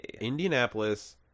Indianapolis